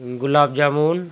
ᱜᱩᱞᱟᱹᱵᱽ ᱡᱟᱹᱢᱩᱱ